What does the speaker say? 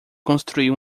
construir